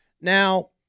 Now